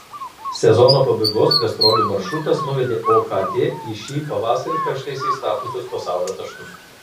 sezono pabaigos gastrolių maršrutas nuvedė okt į šį pavasarį karštaisiais tapusius pasaulio taškus